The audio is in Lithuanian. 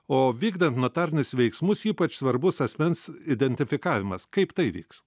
o vykdant notarinius veiksmus ypač svarbus asmens identifikavimas kaip tai vyks